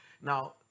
Now